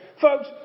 Folks